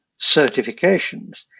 certifications